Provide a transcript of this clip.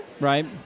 Right